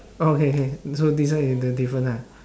oh okay K this one this one is the different ah